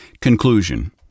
Conclusion